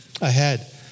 ahead